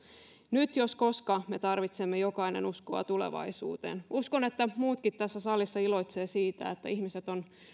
nyt jos koskaan me tarvitsemme jokainen uskoa tulevaisuuteen uskon että muutkin tässä salissa iloitsevat siitä että ihmiset ovat